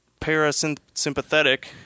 parasympathetic